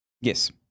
Yes